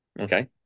Okay